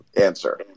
answer